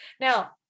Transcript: now